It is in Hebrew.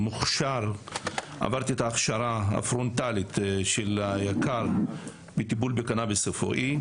עברתי את ההכשרה הפרונטלית של היק"ר בטיפול בקנביס רפואי.